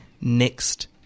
next